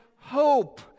hope